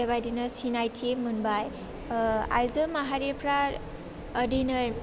बेबायदिनो सिनायथि मोनबाय आइजो माहारिफ्रा दिनै